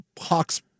Hawks